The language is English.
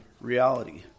reality